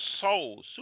soul